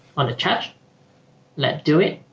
on the church let's do it